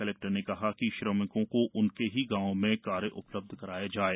collector ने कहा है कि श्रमिकों को उनके ही गांव में कार्य उपलब्ध कराए जाएं